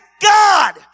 God